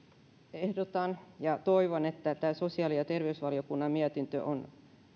ehdotan ja toivon että tämä sosiaali ja terveysvaliokunnan mietintö on